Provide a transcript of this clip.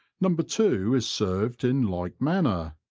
number two is served in like manner,